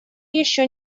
еще